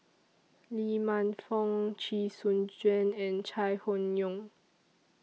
Lee Man Fong Chee Soon Juan and Chai Hon Yoong